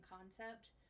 concept